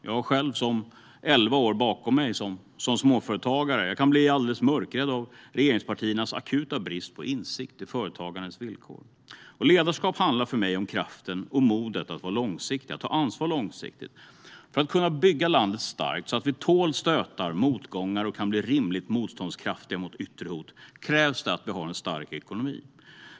Jag har själv elva år bakom mig som småföretagare och kan bli alldeles mörkrädd av regeringspartiernas akuta brist på insikt i företagandets villkor. Ledarskap handlar för mig om kraften och modet att vara långsiktig och ta långsiktigt ansvar. För att kunna bygga landet starkt så att vi tål stötar och motgångar och kan bli rimligt motståndskraftiga mot yttre hot krävs det att vi har en stark ekonomi.